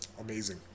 Amazing